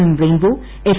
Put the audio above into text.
M rainbow F